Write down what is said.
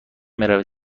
بروید